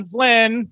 Flynn